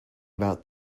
about